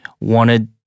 wanted